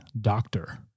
doctor